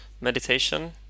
meditation